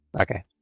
Okay